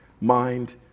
mind